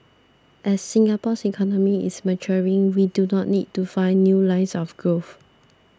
as Singapore's economy is maturing we do not need to find new lines of growth